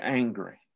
angry